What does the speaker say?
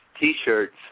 T-shirts